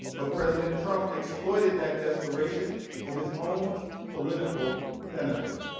but president trump exploited that desperation for his own political benefit.